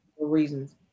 reasons